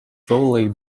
fully